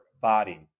body